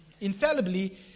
infallibly